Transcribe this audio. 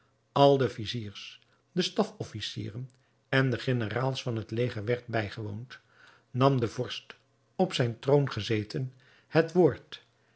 al de viziers de staf officieren en de generaals van het leger werd bijgewoond nam de vorst op zijn troon gezeten het woord